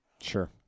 Sure